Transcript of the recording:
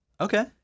Okay